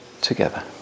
together